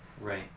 Right